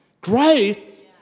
grace